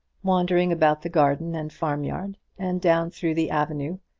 wandering about the garden and farmyard, and down through the avenue,